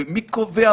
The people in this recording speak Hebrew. ומי קובע,